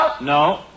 No